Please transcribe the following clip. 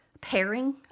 pairing